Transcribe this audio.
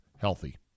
healthy